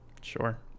sure